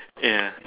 yeah yeah